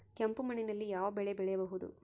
ಕೆಂಪು ಮಣ್ಣಿನಲ್ಲಿ ಯಾವ ಬೆಳೆ ಬೆಳೆಯಬಹುದು?